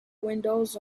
windows